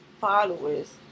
followers